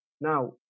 Now